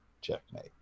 checkmate